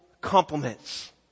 compliments